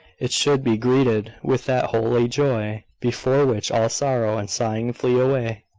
it should be greeted with that holy joy before which all sorrow and sighing flee away.